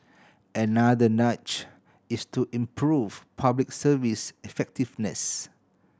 another nudge is to improve Public Service effectiveness